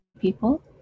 people